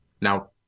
Now